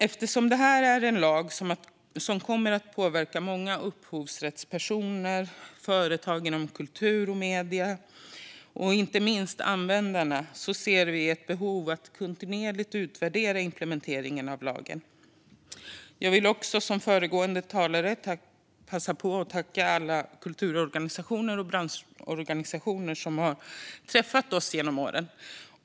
Eftersom detta är en lag som kommer att påverka många upphovsrättspersoner, företag inom kultur och medier och inte minst användarna ser vi ett behov av att kontinuerligt utvärdera implementeringen av lagen. Jag vill också, som föregående talare, passa på att tacka alla kulturorganisationer och branschorganisationer som har träffat oss genom åren.